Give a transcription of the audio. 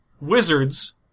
Wizards